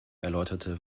erläuterte